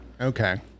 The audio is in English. Okay